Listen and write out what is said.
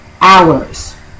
hours